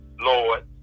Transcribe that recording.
Lord